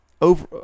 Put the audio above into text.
over